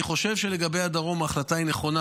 אני חושב שלגבי הדרום ההחלטה היא נכונה